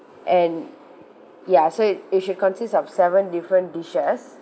and ya so it it should consist of seven different dishes